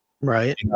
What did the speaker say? right